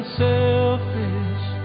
selfish